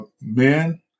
Men